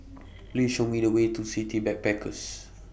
Please Show Me The Way to City Backpackers